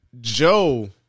Joe